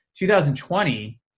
2020